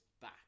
back